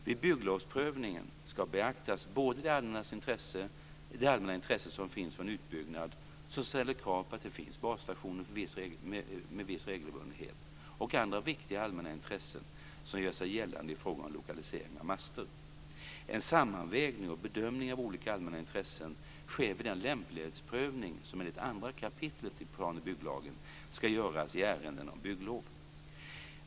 Vid bygglovsprövningen ska beaktas både det allmänna intresse som finns för en utbyggnad, som ställer krav på att det finns basstationer med viss regelbundenhet, och andra viktiga allmänna intressen som gör sig gällande i frågor om lokalisering av master. En sammanvägning och bedömning av olika allmänna intressen sker vid den lämplighetsprövning som enligt 2 kap. i PBL ska göras i ärenden om bygglov.